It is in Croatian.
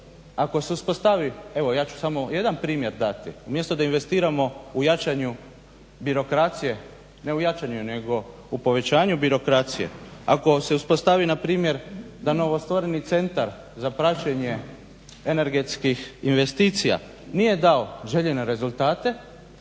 ako se uspostavi, evo ja ću samo jedan primjer dati. Umjesto da investiramo u jačanju birokracije, ne u jačanju nego u povećanju birokracije, ako se uspostavi na primjer da novostvoreni Centar za praćenje energetskih investicija nije dao željene rezultate,